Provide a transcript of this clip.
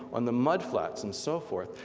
on the mud flats and so forth,